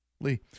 Lee